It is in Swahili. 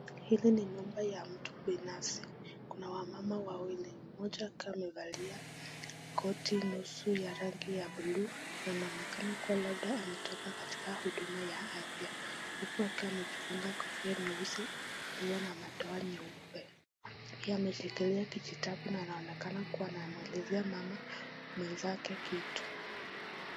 Hili ni nyumba ya mtu binafsi, kuna wamama wawili, mmoja akiwa amevalia koti nusu ya rangi ya buluu na anaonekana labda ametoka katika huduma ya afya. Huku akiwa amejifunga kofia nyeusi iliyo na madoa nyeupe, pia ameshikilia kijitabu na anaonekana kuwa anamuulizia mama mwenzake kitu.